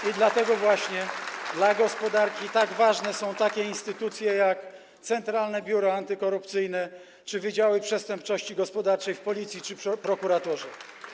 I dlatego właśnie dla gospodarki tak ważne są takie instytucje jak Centralne Biuro Antykorupcyjne czy wydziały przestępczości gospodarczej w Policji czy prokuraturze.